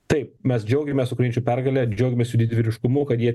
taip mes džiaugiamės ukrainiečių pergale džiaugiamės jų didvyriškumu kad jie